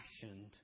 fashioned